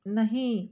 नहीं